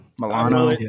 Milano